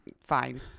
fine